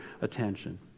attention